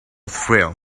thrill